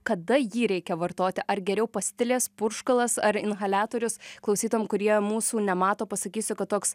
kaip kada jį reikia vartoti ar geriau pastilės purškalas ar inhaliatorius klausytojam kurie mūsų nemato pasakysiu kad toks